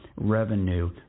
revenue